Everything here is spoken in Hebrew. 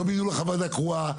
לא --- לך ועדה קרואה,